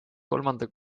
kolmanda